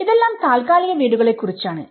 ഇതെല്ലാം താൽക്കാലിക വീടുകളെ കുറിച്ചാണ്